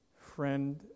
friend